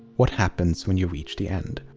what happens when you reach the end?